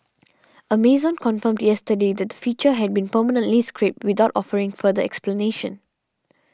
Amazon confirmed yesterday that the feature had been permanently scrapped without offering further explanation